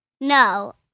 No